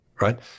Right